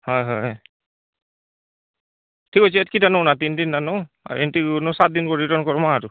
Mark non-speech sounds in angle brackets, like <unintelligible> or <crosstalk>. ହଁ ହଁ ଏ ଠିକ୍ ଅଛି ଏତିକି ଟା ନେବୁ ନା ତିନି ତିନିଟା ନଉ ଆର ଏମିତି <unintelligible> ସାତ ଦିନ କରି ରିଟର୍ନ କରମ ଆରୁ